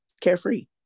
carefree